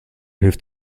hilft